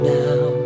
now